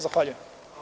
Zahvaljujem.